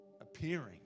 appearing